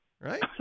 Right